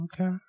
Okay